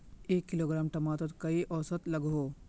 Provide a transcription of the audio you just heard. एक किलोग्राम टमाटर त कई औसत लागोहो?